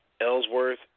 Ellsworth